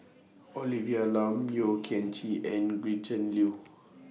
Olivia Lum Yeo Kian Chye and Gretchen Liu